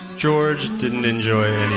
george didn't enjoy